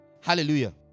Hallelujah